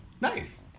Nice